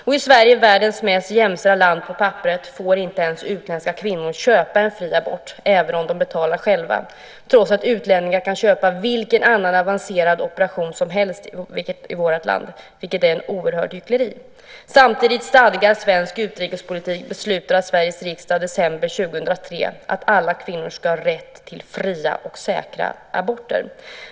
Och i Sverige, världens mest jämställda land på papperet, får inte ens utländska kvinnor köpa en fri abort om de betalar själva - trots att utlänningar kan köpa vilken annan avancerad operation som helst i vårt land. Det är ett oerhört hyckleri. Samtidigt stadgar svensk utrikespolitik, beslutad av Sveriges riksdag december 2003, att alla kvinnor ska ha rätt till fria och säkra aborter.